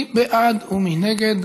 מי בעד ומי נגד?